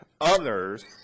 others